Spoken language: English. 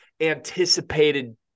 anticipated